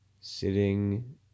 sitting